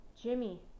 Jimmy